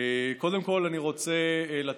מרב מיכאלי, קודם כול אני רוצה לתת,